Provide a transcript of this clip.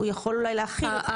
הוא יכול אולי להכיל.